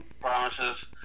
promises